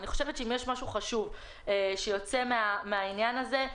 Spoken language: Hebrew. אני חושבת שאם יש משהו חשוב שיוצא מהעניין הזה,